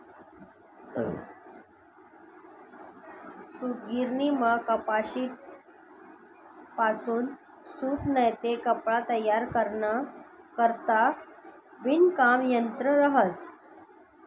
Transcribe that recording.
सूतगिरणीमा कपाशीपासून सूत नैते कपडा तयार कराना करता विणकाम यंत्र रहास